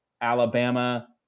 Alabama